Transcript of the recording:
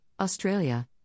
Australia